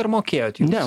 ar mokėjot jūs